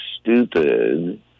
stupid